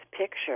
picture